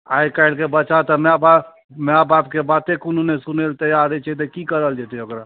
आइकाल्हिके बच्चा तऽ माइ बाप माइ बापके बाते कोनो नहि सुनैलए तैआर होइ छै तऽ की करल जेतै ओकरा